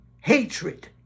Hatred